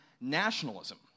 nationalism